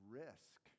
risk